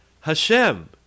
Hashem